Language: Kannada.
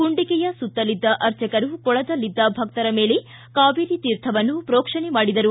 ಕುಂಡಿಕೆಯ ಸುತ್ತಲಿದ್ದ ಅರ್ಚಕರು ಕೊಳದಲ್ಲಿದ್ದ ಭಕ್ತರ ಮೇಲೆ ಕಾವೇರಿ ತೀರ್ಥವನ್ನು ಪ್ರೋಕ್ಷಣೆ ಮಾಡಿದರು